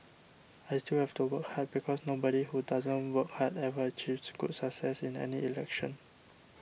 I still have to work hard because nobody who doesn't work hard ever achieves good success in any election